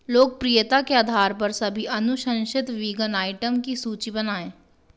लोकप्रियता के आधार पर सभी अनुशंसित वीगन आइटम की सूची बनाएँ